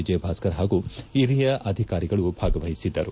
ವಿಜಯಭಾಸ್ಕರ್ ಹಾಗೂ ಹಿರಿಯ ಅಧಿಕಾರಿಗಳು ಭಾಗವಹಿಸಿದ್ದರು